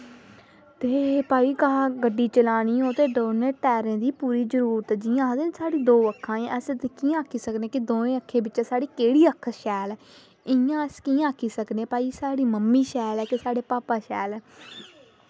ते भई घर गड्डी चलानी होऐ ते दौनों टायरें दी भई पूरी जरूरत जियां आक्खदे नी ते जियां साढ़ियां दौ अक्खीं न ते अस दौनों अक्खीं चा कियां आक्खी सकने कि साढ़ी दौनीं अक्खीं चा केह्ड़ी अक्ख शैल ऐ इंया अस कियां आक्खी सकने कि भई साढ़ी मम्मी शैल जां साढ़े भापा शैल